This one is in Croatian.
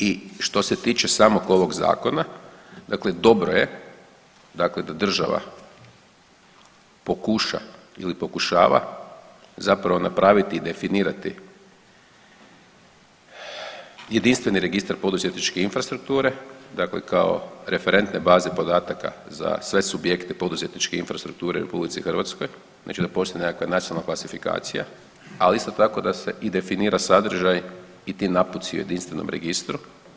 I što se tiče samog ovog zakona, dakle dobro je da država pokuša ili pokušava zapravo napraviti i definirati jedinstveni registar poduzetničke infrastrukture, dakle kao referentne baze podataka za sve subjekte poduzetničke infrastrukture u RH, znači da postoji nekakva nacionalna klasifikacija, ali isto tako da se i definira sadržaj i ti naputci o jedinstvenom registru.